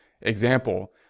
Example